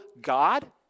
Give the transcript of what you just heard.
God